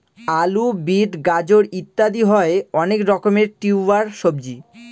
আলু, বিট, গাজর ইত্যাদি হয় অনেক রকমের টিউবার সবজি